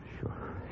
sure